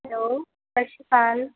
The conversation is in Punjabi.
ਹੈਲੋ ਸਤਿ ਸ਼੍ਰੀ ਅਕਾਲ